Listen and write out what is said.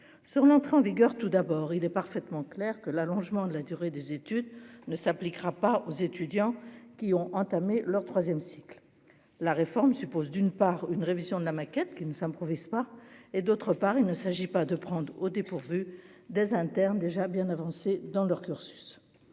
sur l'entrée en vigueur, tout d'abord, il est parfaitement clair que l'allongement de la durée des études ne s'appliquera pas aux étudiants qui ont entamé leur 3ème cycle la réforme suppose d'une part, une révision de la maquette qui ne s'improvise pas et, d'autre part, il ne s'agit pas de prendre au dépourvu des internes déjà bien avancé dans leur cursus